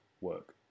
work